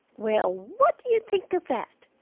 well, what d'you think of that!